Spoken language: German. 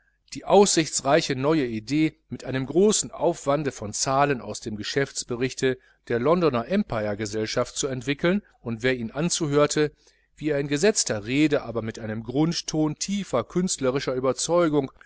die aussichtsreiche neue idee mit einem großen aufwande von zahlen aus dem geschäftsberichte der londoner empire gesellschaft zu entwickeln und wer ihn anzuhörte wie er in gesetzter rede aber mit einem grundton tiefer künstlerischer überzeugung